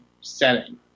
setting